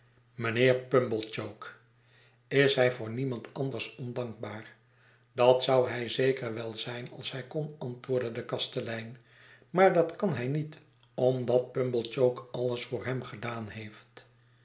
mynheer pumblechook is hij voor niemand anders ondankbaar dat zou hij zeker wel zijn als hij kon antwoordde de kastelein maar dat kan hij niet omdat pumblechook alles voor hem gedaan heeft